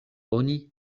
oni